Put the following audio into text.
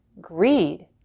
greed